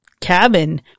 cabin